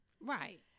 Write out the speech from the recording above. Right